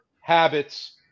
habits